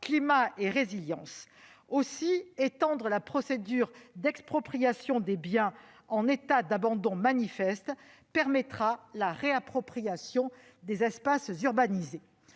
face à ses effets. Aussi, étendre la procédure d'expropriation des biens en état d'abandon manifeste permettra la réappropriation des espaces urbanisés.